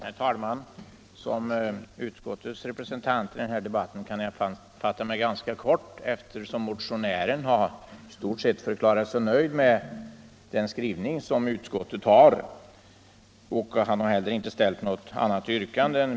Herr talman! Som utskottets representant i den här debatten kan jag fatta mig ganska kort, eftersom motionären har förklarat sig i stort sett nöjd med utskottets skrivning. Han har inte heller framställt något särskilt yrkande.